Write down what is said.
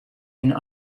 and